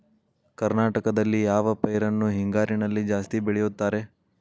ಕರ್ನಾಟಕದಲ್ಲಿ ಯಾವ ಪೈರನ್ನು ಹಿಂಗಾರಿನಲ್ಲಿ ಜಾಸ್ತಿ ಬೆಳೆಯುತ್ತಾರೆ?